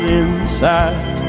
inside